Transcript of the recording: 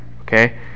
okay